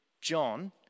John